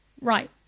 Right